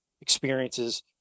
experiences